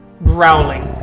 Growling